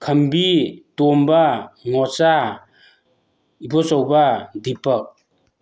ꯈꯝꯕꯤ Tomba Ngocha Ibochouba Deepak